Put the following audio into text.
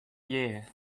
year